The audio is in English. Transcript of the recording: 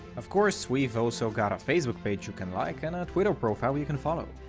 of course, we've also got a facebook page you can like and a twitter profile you can follow.